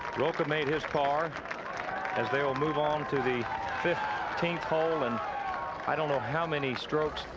rocca made his par as they will move on to the fifteenth hole and i don't know how many strokes,